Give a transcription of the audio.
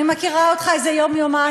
אני מכירה אותך איזה יום-יומיים,